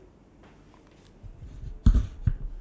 I also don't know they never put like specific time